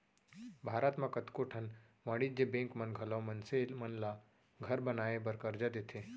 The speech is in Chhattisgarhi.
भारत म कतको ठन वाणिज्य बेंक मन घलौ मनसे मन ल घर बनाए बर करजा देथे